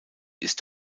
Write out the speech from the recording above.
ist